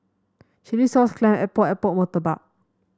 chilli sauce clam Epok Epok murtabak